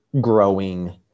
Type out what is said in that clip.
growing